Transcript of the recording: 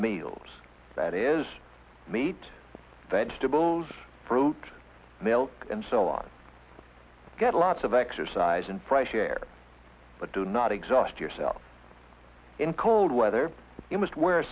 meals that is meat vegetables fruit milk and so on get lots of exercise and fresh air but do not exhaust yourself in cold weather you must w